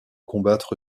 combattre